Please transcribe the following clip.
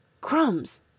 Crumbs